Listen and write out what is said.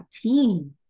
team